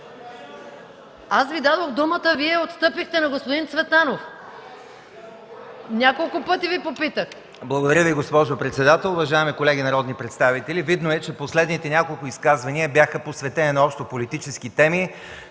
Аз Ви дадох думата, Вие я отстъпихте на господин Цветанов. Няколко пъти Ви попитах. АТАНАС МЕРДЖАНОВ (КБ): Благодаря Ви, госпожо председател. Уважаеми колеги народни представители! Видно е, че последните няколко изказвания бяха посветени на общополитически теми